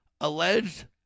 alleged